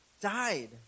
died